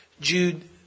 Jude